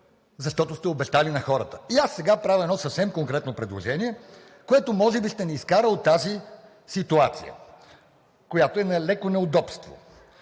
защото сте обещали на хората. И аз сега правя едно съвсем конкретно предложение, което може би ще ни изкара от тази ситуация, която е на леко неудобство.